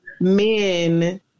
men